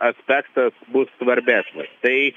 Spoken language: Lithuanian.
aspektas bus svarbesnis tai